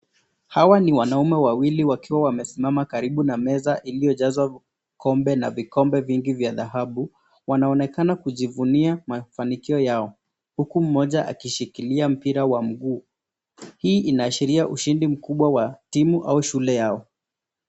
Hawa ni wanaume wawili wakiwa wamesimama karibu na meza iliojaswa ngombe na vikombe vingi vya dhahabu wanaonekana kujifunia mafanikio yao huku moja akishikilia mpira wa mkuu, hii inaashiria ushindi mkubwa wa timu au shule yao.